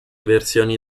versioni